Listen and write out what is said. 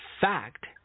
fact